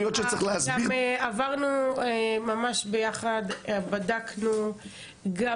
עברנו ובדקנו את זה,